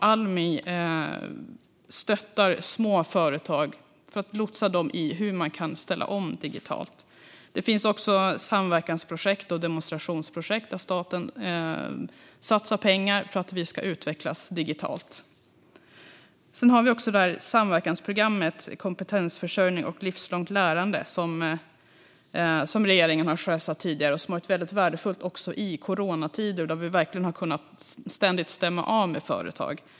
Almi stöttar små företag för att lotsa dem i hur man kan ställa om digitalt. Det finns också samverkansprojekt och demonstrationsprojekt där staten satsar pengar för att vi ska utvecklas digitalt. Sedan finns samverkansprogrammet Kompetensförsörjning och livslångt lärande, som regeringen har sjösatt tidigare. Det har varit värdefullt också i coronatider. Där har vi ständigt stämt av med företag.